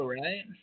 right